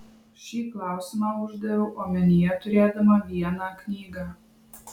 šį klausimą uždaviau omenyje turėdama vieną knygą